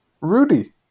Rudy